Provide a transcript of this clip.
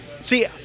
See